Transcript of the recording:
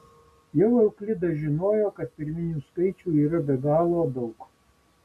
jau euklidas žinojo kad pirminių skaičių yra be galo daug